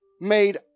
made